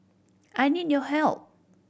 I need your help